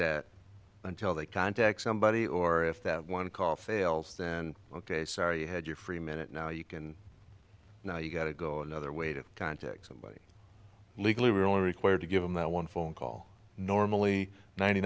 car until they contact somebody or if that one call fails then ok sorry you had your free minute now you can now you've got to go another way to contact them legally we're only required to give them that one phone call normally ninety